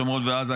שומרון ועזה,